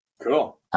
Cool